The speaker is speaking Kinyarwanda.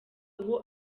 ubwo